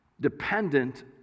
dependent